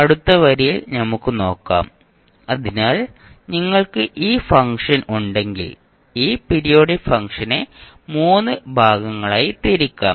അടുത്ത വരിയിൽ നമുക്ക് നോക്കാം അതിനാൽ നിങ്ങൾക്ക് ഈ ഫംഗ്ഷൻ ഉണ്ടെങ്കിൽ ഈ പീരിയോഡിക് ഫംഗ്ഷനെ മൂന്ന് ഭാഗങ്ങളായി തിരിക്കാം